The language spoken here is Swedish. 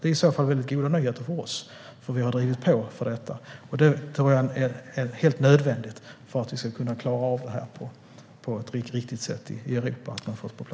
Det är i så fall väldigt goda nyheter för oss, för vi har drivit på för detta. Jag tror att det är helt nödvändigt för att vi ska kunna klara av detta på ett riktigt sätt i Europa.